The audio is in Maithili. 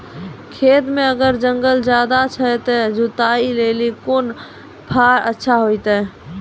खेत मे अगर जंगल ज्यादा छै ते जुताई लेली कोंन फार अच्छा होइतै?